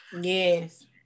yes